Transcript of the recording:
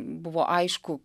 buvo aišku